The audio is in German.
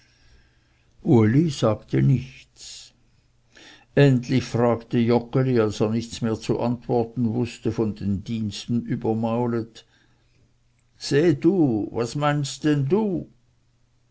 uli sagte nichts endlich fragte joggeli als er nichts mehr zu antworten wußte von den diensten übermaulet seh du was meinst denn du